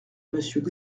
monsieur